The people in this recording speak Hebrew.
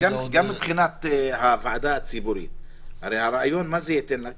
גם מבחינת הוועדה הציבורית, מה ייתן לה הראיון?